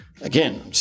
Again